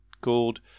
called